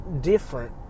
different